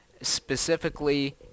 Specifically